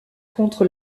contre